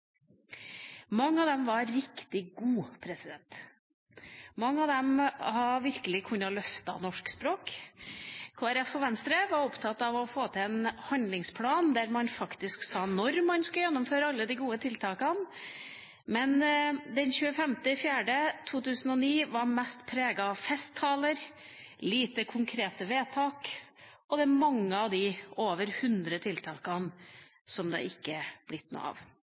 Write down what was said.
Mange av dem var riktig gode. Mange av dem hadde virkelig kunnet løfte norsk språk. Kristelig Folkeparti og Venstre var opptatt av å få til en handlingsplan der man faktisk sa når man skulle gjennomføre alle disse gode tiltakene, men den 25. april 2009 var mest preget av festtaler, lite konkrete vedtak, og det er mange av de over 100 tiltakene som det ikke er blitt noe av.